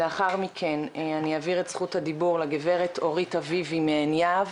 לאחר מכן אני אעביר את זכות הדיבור לגברת אורית אביבי מעין יהב,